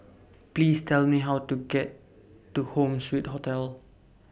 Please Tell Me How to get to Home Suite Hotel